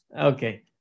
Okay